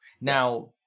Now